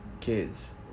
kids